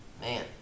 Man